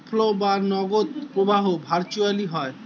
cash flow বা নগদ প্রবাহ ভার্চুয়ালি হয়